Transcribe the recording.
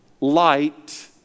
light